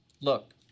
Look